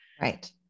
Right